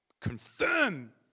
confirm